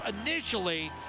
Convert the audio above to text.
initially